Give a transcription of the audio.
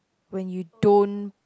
when you don't